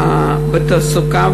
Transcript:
בתעסוקה,